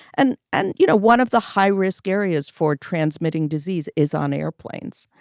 and and, you know, one of the high risk areas for transmitting disease is on airplanes.